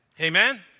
Amen